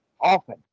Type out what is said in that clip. often